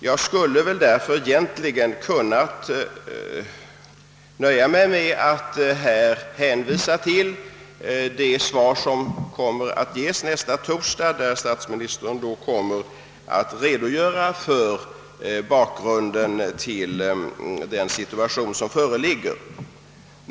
Jag skulle därför kunnat nöja mig med att hänvisa till det svar som kommer att ges nästa torsdag, varvid statsministern ämnar redogöra för bakgrunden till den situation som föreligger.